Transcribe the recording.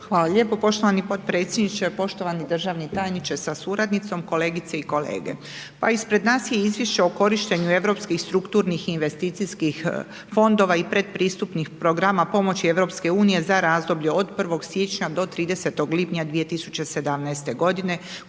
Hvala lijepo poštovani potpredsjedniče. Poštovani državni tajniče sa suradnicom, kolegice i kolege. Pa ispred nas je Izvješće o korištenju europskih strukturnih i investicijskih fondova i pretpristupnih programa pomoći EU za razdoblje od 1. siječnja do 30. lipnja 2017. godine